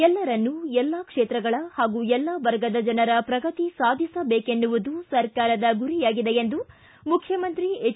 ಎಲ್ಲರನ್ನೂ ಎಲ್ಲಾ ಕ್ಷೇತ್ರಗಳ ಪಾಗೂ ಎಲ್ಲಾ ವರ್ಗದ ಜನರ ಪ್ರಗತಿ ಸಾಧಿಸಬೇಕೆನ್ನುವುದು ಸರ್ಕಾರದ ಗುರಿಯಾಗಿದೆ ಎಂದು ಮುಖ್ಯಮಂತ್ರಿ ಎಚ್